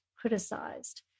criticized